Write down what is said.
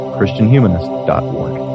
ChristianHumanist.org